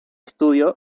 estudio